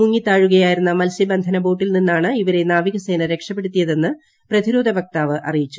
മുങ്ങിത്താഴുകയായിരുന്ന മൽസ്യബന്ധന ബോട്ടിൽ നിന്നാണ് ഇവരെ നാവികസേന രക്ഷപ്പെടുത്തിയതെന്ന് പ്രതിരോധവക്താവ് അറിയിച്ചു